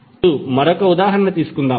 ఇప్పుడు మరొక ఉదాహరణ తీసుకుందాం